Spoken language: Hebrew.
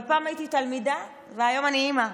אבל פעם הייתי תלמידה והיום אני אימא,